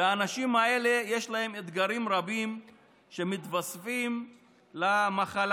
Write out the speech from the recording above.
ולאנשים האלה יש אתגרים רבים שמתווספים למחלה.